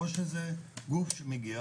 או שזה גוף שמגיע,